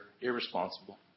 irresponsible